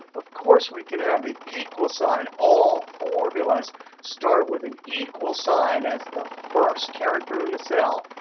of course, we can have the equal sign. all formulas start with an equal sign as the first character in the cell.